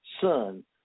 son